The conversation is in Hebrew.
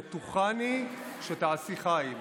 בטוחני שתעשי חיל.